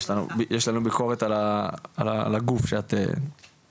פשוט יש לנו פה ביקורת על הגוף שאת פועלת